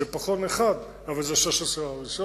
אז זה פחון אחד אבל 16 הריסות,